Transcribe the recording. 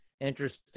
interesting